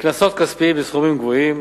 לעומת ההליך הפלילי, ההליך